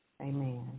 Amen